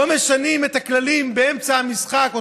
לא משנים את הכללים באמצע המשחק.